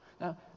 Now